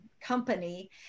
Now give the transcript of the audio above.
company